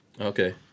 Okay